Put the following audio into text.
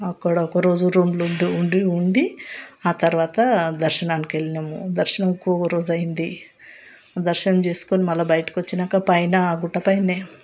అక్కడ ఒకరోజు రెండు రోజులు ఉండి ఉండి ఆ తర్వాత దర్శనానికి వెళ్ళినాము దర్శనంకు ఒక రోజు అయింది దర్శనం చేసుకుని మళ్ళా బయటకు వచ్చినాక పైన గుట్టపైన